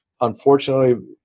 unfortunately